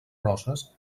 roses